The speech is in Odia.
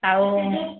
ଆଉ